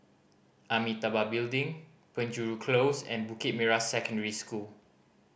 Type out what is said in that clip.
Amitabha Building Penjuru Close and Bukit Merah Secondary School